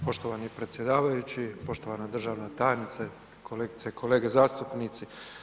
Poštovani predsjedavajući, poštovana državna tajnice, kolegice i kolege zastupnici.